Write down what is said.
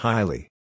Highly